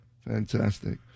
fantastic